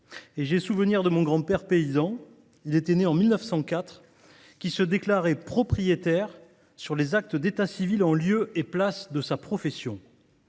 J’ai souvenir de mon grand père paysan, né en 1904, qui se déclarait « propriétaire » sur les actes d’état civil, en lieu et place de sa profession.